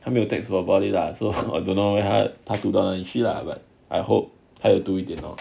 还没有 text about about it lah so I don't know I 他读到哪里去 lah but I hope 他有读到多一点 lor